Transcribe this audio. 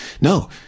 No